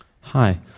Hi